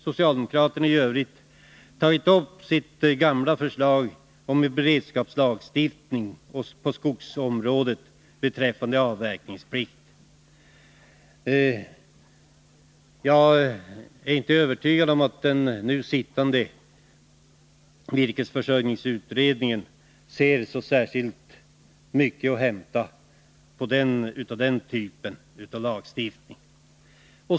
Socialdemokraterna har i övrigt tagit upp sitt gamla förslag om en beredskapslagstiftning på skogsområdet beträffande avverkningsplikt. Jag är inte övertygad om att den nu sittande virkesförsörjningsutredningen anser att det finns särskilt mycket att hämta med den typen av lagstiftning.